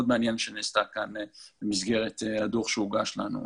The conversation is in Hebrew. מעניינת שנעשתה כאן במסגרת הדוח שהוגש לנו.